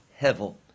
hevel